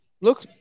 Look